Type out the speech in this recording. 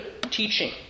teaching